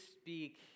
speak